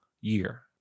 year